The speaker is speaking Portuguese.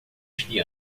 este